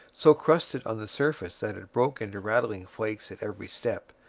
so crusted on the surface that it broke into rattling flakes at every step,